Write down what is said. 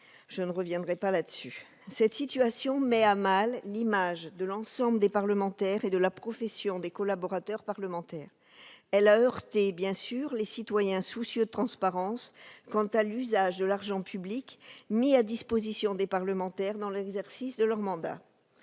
présidentielle. Une telle situation met à mal l'image de l'ensemble des parlementaires et de la profession des collaborateurs parlementaires. Elle a heurté les citoyens soucieux de transparence quant à l'usage de l'argent public mis à disposition des parlementaires dans l'exercice de leur mandat.